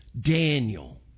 Daniel